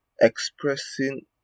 expressing